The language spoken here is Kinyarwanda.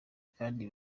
kandi